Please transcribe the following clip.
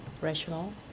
rational